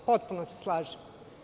Potpuno se slažem.